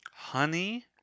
honey